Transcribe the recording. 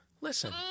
Listen